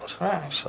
Right